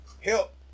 help